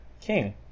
king